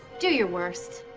do your worst.